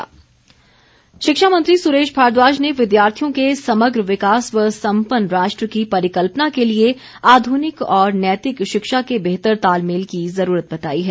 सुरेश भारद्वाज शिक्षा मंत्री सुरेश भारद्वाज ने विद्यार्थियों के समग्र विकास व संपन्न राष्ट्र की परिकल्पना के लिए आध्रनिक और नैतिक शिक्षा के बेहतर तालमेल की जरूरत बताई है